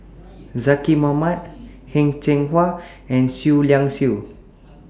Zaqy Mohamad Heng Cheng Hwa and Seah Liang Seah